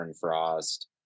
Frost